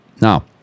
Now